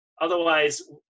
Otherwise